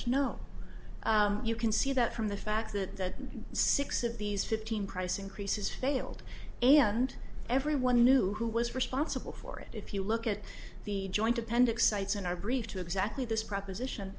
is no you can see that from the fact that six of these fifteen price increases failed and everyone knew who was responsible for it if you look at the joint appendix cites in our brief to exactly this proposition